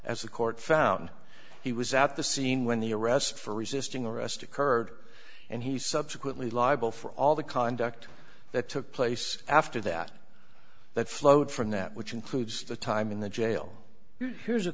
the court found he was at the scene when the arrest for resisting arrest occurred and he subsequently liable for all the conduct that took place after that that flowed from that which includes the time in the jail here's a